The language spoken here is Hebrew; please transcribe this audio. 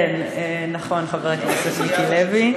כן, נכון, חבר הכנסת מיקי לוי.